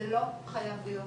זה לא חייב להיות ככה.